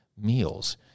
meals